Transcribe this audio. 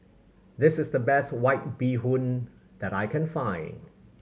this is the best White Bee Hoon that I can find